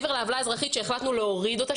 מעבר לעוולה האזרחית שהחלטנו להוריד אותה,